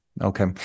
okay